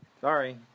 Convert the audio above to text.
Sorry